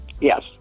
Yes